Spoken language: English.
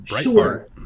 Sure